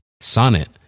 Sonnet